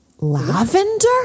lavender